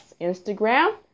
Instagram